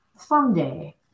someday